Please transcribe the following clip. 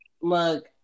Look